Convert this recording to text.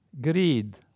greed